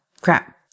Crap